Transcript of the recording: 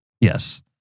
Yes